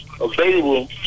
available